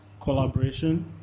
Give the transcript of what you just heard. collaboration